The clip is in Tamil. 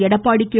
எடப்பாடி கே